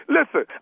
Listen